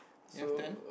have done